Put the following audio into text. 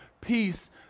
peace